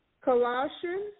Colossians